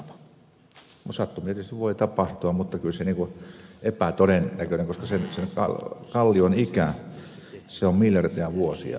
mutta sattumia tietysti voi tapahtua mutta kyllä se on epätodennäköistä koska se kallio on miljardeja vuosia ollut siinä